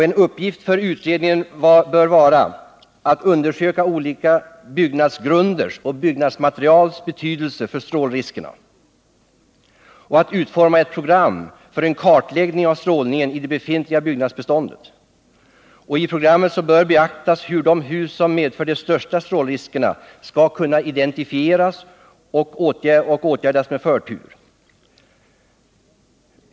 En uppgift för utredningen bör vara att undersöka olika byggnadsgrunders och byggmaterials betydelse för strålningsriskerna och att utforma ett program för en kartläggning av strålningen i det befintliga byggnadsbeståndet. I programmet bör beaktas hur de hus som medför de största strålningsriskerna skall kunna identifieras och åtgärdas med förtur.